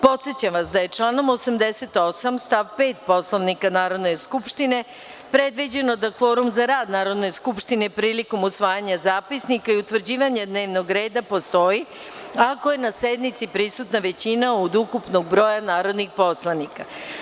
Podsećam vas da je članom 88. stav 5. Poslovnika Narodne skupštine predviđeno da kvorum za rad Narodne skupštine prilikom usvajanja Zapisnika i utvrđivanja dnevnog reda postoji ako je na sednici prisutna većina od ukupnog broja narodnih poslanika.